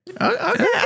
okay